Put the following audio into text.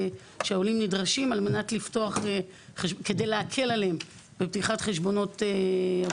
שהעולים נדרשים כדי להקל עליהם עם הנושא של פתיחת חשבונות הבנק,